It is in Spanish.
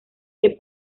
que